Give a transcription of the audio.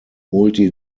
multi